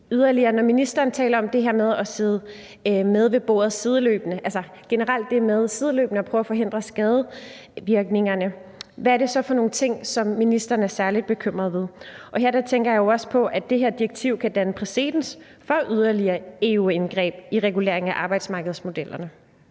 generelt det med sideløbende at prøve at forhindre skadevirkningerne, hvad er det så for nogle ting, som ministeren er særlig bekymret for? Her tænker jeg jo også på, at det her direktiv kan danne præcedens for yderligere EU-indgreb i reguleringen af arbejdsmarkedsmodellerne.